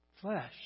flesh